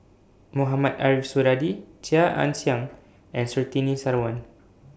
Mohamed Ariff Suradi Chia Ann Siang and Surtini Sarwan